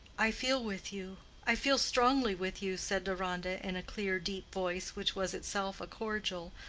i feel with you i feel strongly with you, said deronda, in a clear deep voice which was itself a cordial,